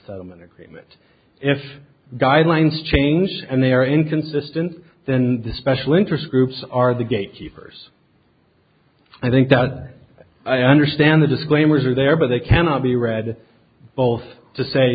settlement agreement if guidelines change and they are inconsistent then the special interest groups are the gatekeepers i think that i understand the disclaimers are there but they cannot be read both to say